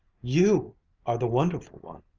you are the wonderful one!